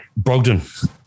Brogdon